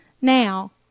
Now